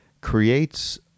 creates